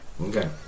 Okay